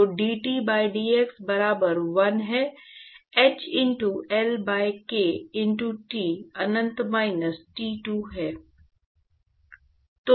तो dT by dz बराबर 1 है h into L by k into T अनंत माइनस T 2 है